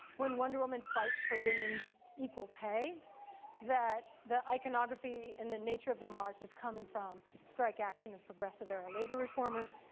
wonder woman fights for women's equal pay that the iconography and the nature of the march is coming from strike action of progressive era labor reformers,